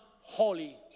holy